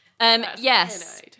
Yes